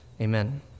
Amen